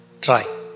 try